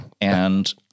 And-